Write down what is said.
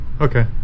Okay